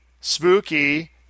Spooky